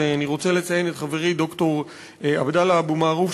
ואני רוצה לציין את חברי ד"ר עבדאללה אבו מערוף,